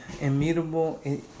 immutable